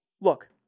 look